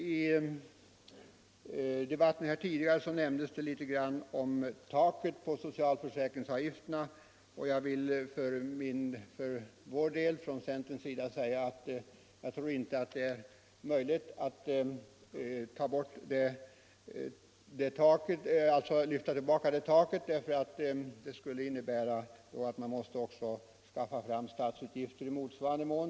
I den tidigare debatten har fru Troedsson sagt något om att taket på den inkomst varpå man beräknar socialförsäkringsavgifterna skulle lyftas tillbaka. Jag vill då för centerns del säga att jag tror inte detta är möjligt. Det beräknas att det kostade drygt 1 miljard i fjol, när taket lyftes bort, och man skulle då alltså vara tvungen att skaffa fram statsinkomster i motsvarande mån.